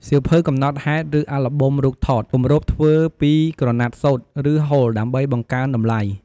សៀវភៅកំណត់ហេតុ ឬអាល់ប៊ុមរូបថត គម្របធ្វើពីក្រណាត់សូត្រ ឬហូល ដើម្បីបង្កើនតម្លៃ។